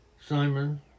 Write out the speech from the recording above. Simon